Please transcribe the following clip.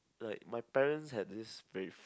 like parents have this brief